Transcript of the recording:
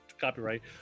Copyright